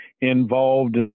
involved